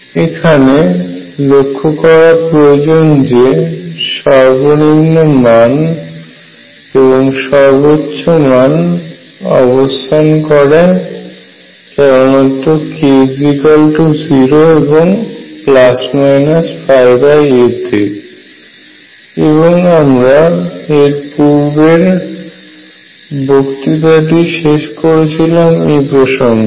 এখানে লক্ষ্য করা প্রয়োজন যে সর্বনিম্ন মান এবং সর্বোচ্চ মান অবস্থান করে কেবলমাত্র k0 এবং a তে এবং আমরা এর পূর্বের বক্তৃতাটি শেষ করেছিলাম এই প্রসঙ্গে